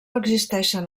existeixen